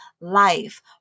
life